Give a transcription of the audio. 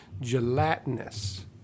gelatinous